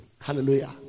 Hallelujah